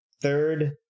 Third